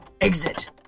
Exit